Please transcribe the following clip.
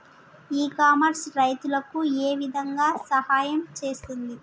ఇ commerce రైతులకు ఏ విధంగా సహాయం చేస్తుంది?